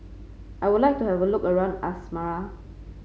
I would like to have a look around Asmara